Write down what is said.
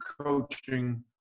coaching